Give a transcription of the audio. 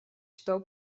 что